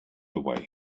away